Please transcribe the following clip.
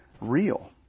real